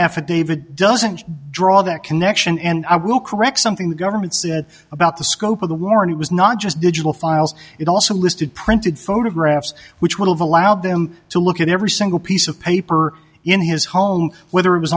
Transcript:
affidavit doesn't draw that connection and i will correct something the government said about the scope of the warrant was not just digital files it also listed printed photographs which would have allowed them to look at every single piece of paper in his home whether it was